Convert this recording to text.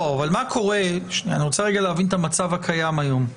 אבל אני רוצה להבין את המצב הקיים היום.